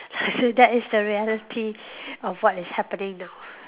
so that is the reality of what is happening now